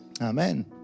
Amen